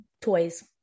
toys